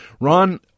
Ron